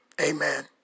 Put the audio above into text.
Amen